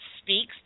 Speaks